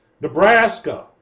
Nebraska